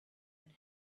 and